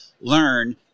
learn